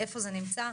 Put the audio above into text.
איפה זה נמצא,